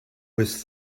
was